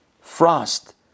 frost